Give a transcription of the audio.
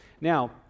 Now